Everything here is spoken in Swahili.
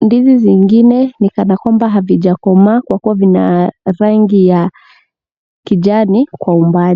ndizi zingine ni kana kwamba havijakomaa kwa kuwa vina rangi ya kijani kwa umbali.